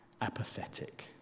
apathetic